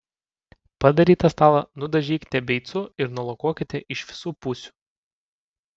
padarytą stalą nudažykite beicu ir nulakuokite iš visų pusių